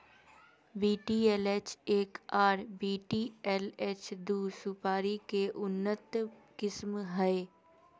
VTLH एक आर VTLH दू सुपारी के उन्नत किस्म हय